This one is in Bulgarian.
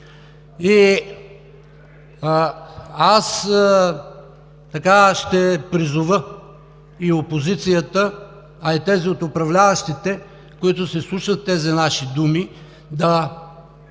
Аз ще призова и опозицията, а и тези от управляващите, които се вслушат в тези наши думи, да